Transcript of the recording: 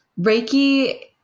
Reiki